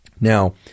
Now